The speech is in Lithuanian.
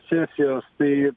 sesijos tai